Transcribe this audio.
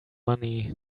money